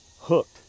hooked